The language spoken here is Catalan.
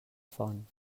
font